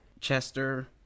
Chester